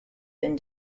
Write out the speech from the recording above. been